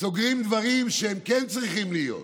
סוגרים דברים שהם כן צריכים להיות,